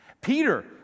Peter